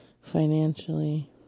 financially